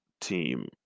Team